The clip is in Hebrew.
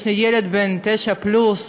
יש לי ילד בן תשע פלוס.